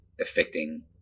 affecting